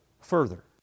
further